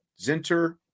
zinter